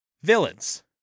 Villains